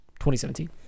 2017